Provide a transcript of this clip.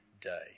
day